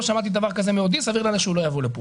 לא שמעתי דבר כזה מעודי וסביר להניח שהוא לא יבוא לכאן.